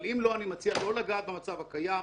אבל אם לא, אני מציע לא לגעת במצב הקיים.